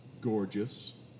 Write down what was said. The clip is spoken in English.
Gorgeous